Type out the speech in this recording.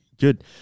good